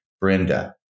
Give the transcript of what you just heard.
Brenda